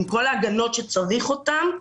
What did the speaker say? עם כל ההגנות שצריך אותן,